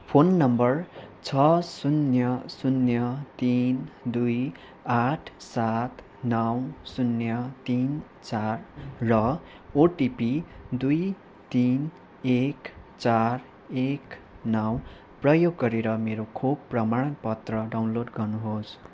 phone number छ शून्य शून्य तिन दुई आठ सात नौ शून्य तिन चार र ओटिपी दुई तिन एक चार एक नौ प्रयोग गरेर मेरो खोप प्रमाणपत्र डाउनलोड गर्नुहोस्